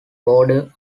border